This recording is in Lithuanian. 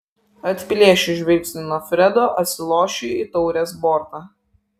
atplėšiu žvilgsnį nuo fredo atsilošiu į taurės bortą